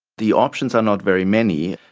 the options are not very many.